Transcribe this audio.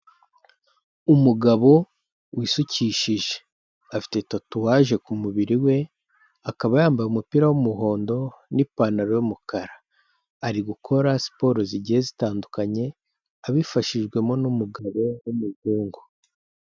Umugabo wisukishije afite tatuwaje ku mubiri we, akaba yambaye umupira w'umuhondo n'ipantaro y'umukara, ari gukora siporo zigiye zitandukanye abifashijwemo n'umugabo w'umuzungu.